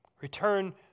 Return